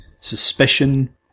suspicion